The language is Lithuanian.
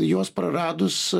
juos praradus